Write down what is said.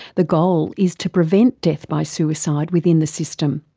the goal is to prevent death by suicide within the system.